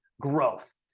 growth